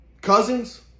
cousins